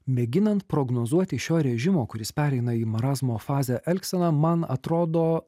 mėginant prognozuoti šio režimo kuris pereina į marazmo fazę elgseną man atrodo